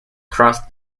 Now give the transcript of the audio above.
crossed